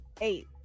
Eight